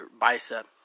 bicep